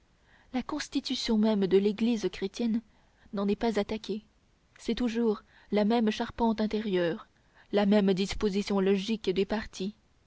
la constitution même de l'église chrétienne n'en est pas attaquée c'est toujours la même charpente intérieure la même disposition logique des parties